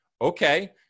okay